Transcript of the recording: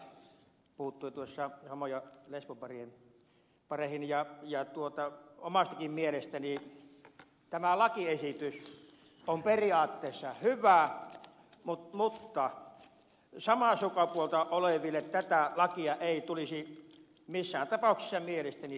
lahtela puuttui homo ja lesbopareihin ja omastakin mielestäni tämä lakiesitys on periaatteessa hyvä mutta samaa sukupuolta oleville tätä lakia ei tulisi missään tapauksessa mielestäni hyväksyä